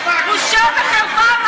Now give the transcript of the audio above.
בושה וחרפה,